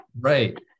Right